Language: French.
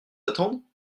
attendre